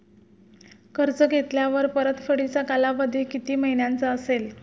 कर्ज घेतल्यावर परतफेडीचा कालावधी किती महिन्यांचा असेल?